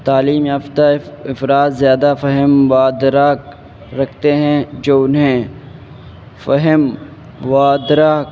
تعلیم یافتہ افراد زیادہ فہم و ادراک رکھتے ہیں جو انہیں فہم و ادراک